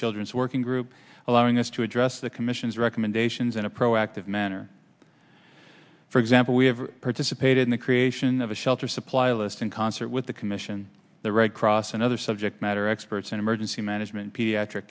children's working group allowing us to address the commission's recommendations in a proactive manner for example we have participated in the creation of a shelter supply list in concert with the commission the red cross and other subject matter experts in emergency management pediatric